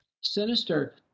sinister